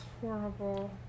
horrible